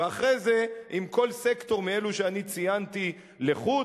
ואחרי זה עם כל סקטור מאלו שאני ציינתי לחוד.